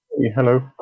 Hello